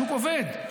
שוק עובד,